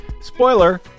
spoiler